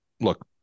look